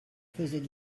faisait